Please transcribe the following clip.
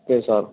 okay sir